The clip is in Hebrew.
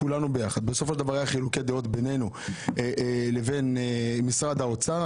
אבל היו חילוקי דעות בינינו לבין משרד האוצר.